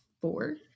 four